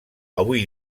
avui